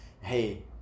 hey